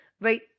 right